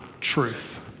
truth